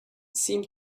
seemed